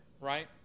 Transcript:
right